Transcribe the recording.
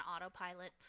autopilot